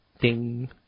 Ding